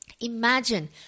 Imagine